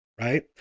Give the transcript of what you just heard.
right